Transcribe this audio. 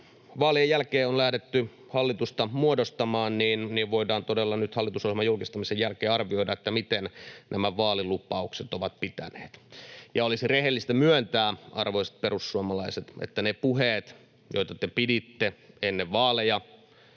vaalien jälkeen on lähdetty hallitusta muodostamaan, niin voidaan todella nyt hallitusohjelman julkistamisen jälkeen arvioida, miten nämä vaalilupaukset ovat pitäneet. Olisi rehellistä myöntää, arvoisat perussuomalaiset, että ne puheet, joita te piditte ennen vaaleja,